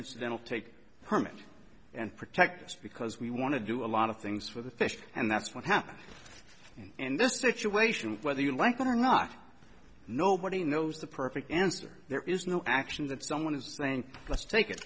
incidental take permit and protect us because we want to do a lot of things for the fish and that's what happened in this situation whether you like it or not nobody knows the perfect answer there is no actions of someone is saying let's take it